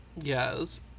Yes